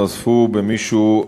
נזפו במישהו,